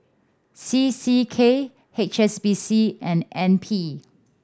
C C K H S B C and N P